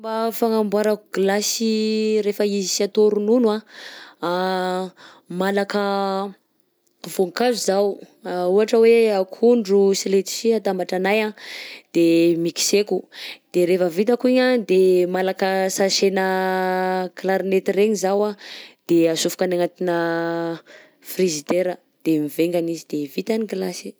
Fomba fagnamboarako gilasy rehefa izy sy atao ronono anh, malaka voankazo izaho ohatra hoe akondro sy letchis atambatranahy anh de mixeko, de rehefa vitako igny anh de malaka sachet-nà clarinette regny izaho anh, de atsofoko any agnatinà frizidera de mivaingana izy de vita ny gilasy.